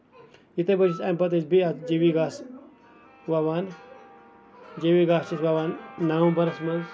یِتھٕے پٲٹھۍ چھِ أسۍ اَمہِ پَتہٕ حظ جیٚمی گاسہٕ وَوان جیٚمی گاسہٕ تہٕ وَوان نَومبَرس منٛز